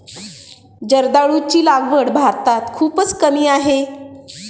जर्दाळूची लागवड भारतात खूपच कमी आहे